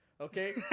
Okay